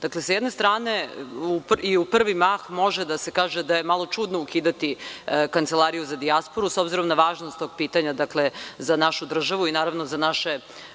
sa jedne strane i u prvi mah može da se kaže da je malo čudno ukidati Kancelariju za dijasporu, s obzirom na važnost tog pitanja za našu državu i za naše